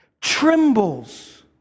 trembles